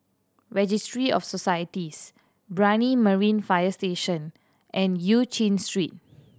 Registry of Societies Brani Marine Fire Station and Eu Chin Street